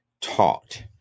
taught